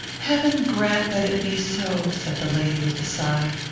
heaven grant that it be so! said the lady, with a sigh.